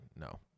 No